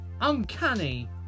uncanny